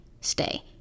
stay